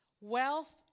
wealth